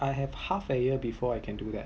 I have half a year before I can do that